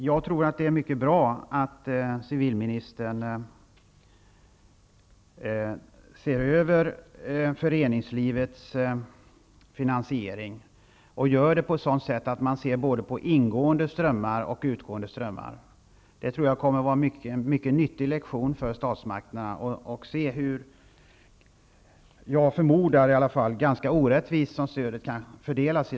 Fru talman! Det är mycket bra att civilministern ser över föreningslivets finansiering. Det bör göras på ett sådant sätt att man klargör både ingående och utgående strömmar. Det kommer att bli en mycket nyttig lektion för statsmakterna. Förmodligen fördelas stödet i dag på ett ganska orättvist sätt. Det är min hypotes.